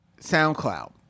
SoundCloud